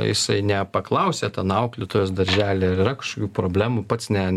jisai nepaklausė ten auklėtojos daržely ar yra kažkokių problemų pats ne